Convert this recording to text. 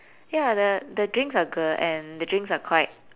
ya the the drinks are good and the drinks are quite